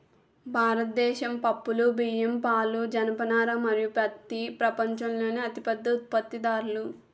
భారతదేశం పప్పులు, బియ్యం, పాలు, జనపనార మరియు పత్తి ప్రపంచంలోనే అతిపెద్ద ఉత్పత్తిదారులు